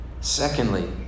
Secondly